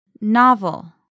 Novel